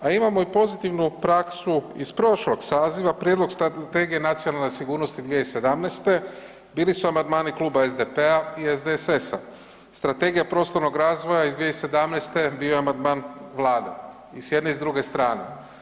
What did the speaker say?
A imamo i pozitivnu praksu iz prošlog saziva, prijedlog regije nacionalne sigurnosti 2017. bili su amandmani Kluba SDP-a i SDSS-a, strategija prostornog razvoja iz 2017. bio je amandman Vlade i s jedne i s druge strane.